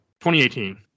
2018